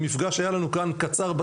במפגש שהיה לנו כאן בכנסת,